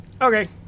Okay